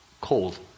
cold